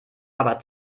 aber